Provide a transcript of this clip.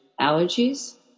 allergies